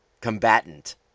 combatant